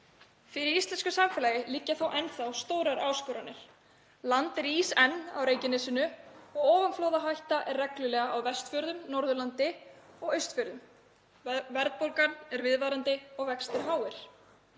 Fyrir íslensku samfélagi liggja þó enn þá stórar áskoranir. Land rís enn á Reykjanesinu, ofanflóðahætta er reglulega á Vestfjörðum, Norðurlandi og Austfjörðum. Verðbólgan er viðvarandi og vextir háir.